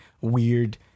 weird